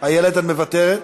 איילת, את מוותרת?